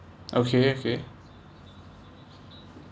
okay okay